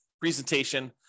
presentation